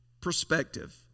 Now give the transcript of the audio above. Perspective